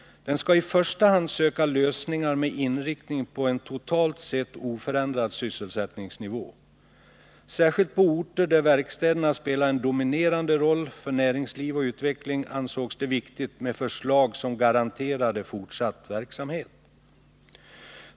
Den skall i första hand söka lösningar med inriktning på en totalt sett oförändrad sysselsättningsnivå. Särskilt på orter där verkstäderna spelar en dominerande roll för näringsliv och utveckling ansågs det viktigt med förslag som garanterade fortsatt verksamhet.